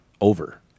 over